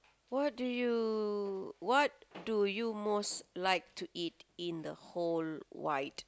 what do you what do you most like to eat in the whole wide